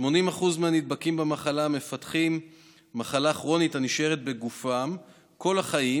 כ-80% מהנדבקים במחלה מפתחים מחלה כרונית הנשארת בגופם כל החיים,